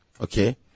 okay